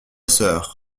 sœur